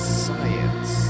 science